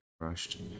rushed